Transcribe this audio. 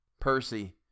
Percy